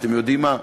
אתם יודעים מה?